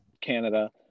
Canada